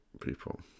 people